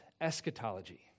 eschatology